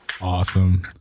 Awesome